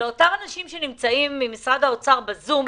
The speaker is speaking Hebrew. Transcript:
לאותם אנשים ממשרד האוצר שנמצאים בזום,